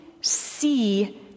see